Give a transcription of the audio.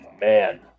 man